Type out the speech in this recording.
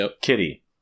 Kitty